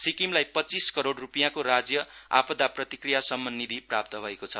सिक्किमलाई पच्चीस करोड रूपियाँको राज्य आपदा प्रतिक्रिया शमन निधि प्राप्त भएको छ